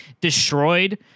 destroyed